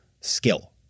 skill